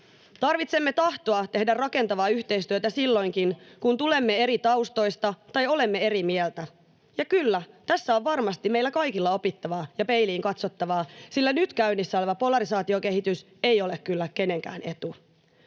Tarvitsemme tahtoa tehdä rakentavaa yhteistyötä silloinkin, kun tulemme eri taustoista tai olemme eri mieltä. Ja kyllä, tässä on varmasti meillä kaikilla opittavaa ja peiliin katsottavaa, sillä nyt käynnissä oleva polarisaatiokehitys ei ole kyllä kenenkään etu.